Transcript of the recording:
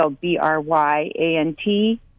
B-R-Y-A-N-T